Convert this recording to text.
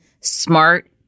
smart